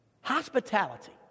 Hospitality